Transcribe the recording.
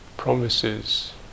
Promises